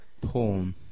Porn